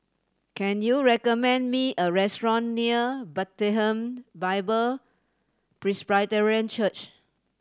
can you recommend me a restaurant near Bethlehem Bible Presbyterian Church